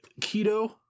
keto